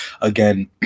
again